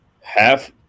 Half